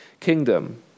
kingdom